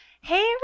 Hey